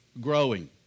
growing